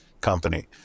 company